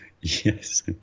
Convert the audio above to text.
Yes